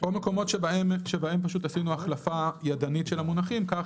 או מקומות שבהם פשוט עשינו החלפה ידנית של המונחים כך